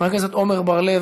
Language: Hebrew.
חבר הכנסת עמר בר-לב,